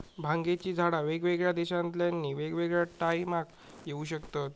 भांगेची झाडा वेगवेगळ्या देशांतल्यानी वेगवेगळ्या टायमाक येऊ शकतत